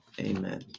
Amen